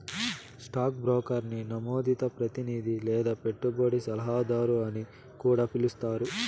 stock బ్రోకర్ని నమోదిత ప్రతినిది లేదా పెట్టుబడి సలహాదారు అని కూడా పిలిస్తారు